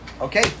Okay